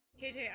kj